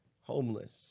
homeless